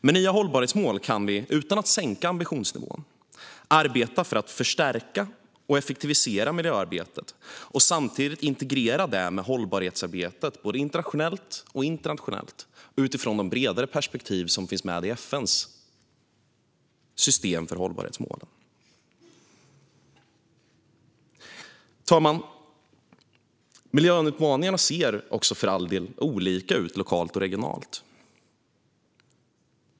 Med nya hållbarhetsmål kan vi - utan att sänka ambitionsnivån - arbeta för att förstärka och effektivisera miljöarbetet och samtidigt integrera det med hållbarhetsarbetet, både nationellt och internationellt, utifrån de bredare perspektiv som finns med i FN:s system för hållbarhetsmålen. Herr talman! Miljöutmaningarna ser för all del olika ut lokalt och regionalt.